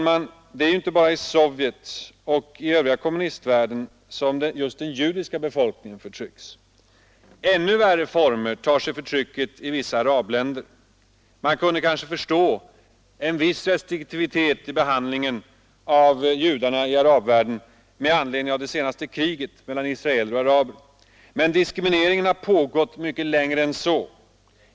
Men det är inte bara i Sovjet och i den övriga kommunistvärlden som den judiska befolkningen förtrycks. Ännu värre former tar sig förtrycket i vissa arabländer. Man kunde kanske förstå en viss restriktivitet i behandlingen av judarna i arabvärlden med anledning av det senaste kriget mellan israeler och araber, men diskrimineringen har pågått mycket längre än så.